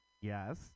Yes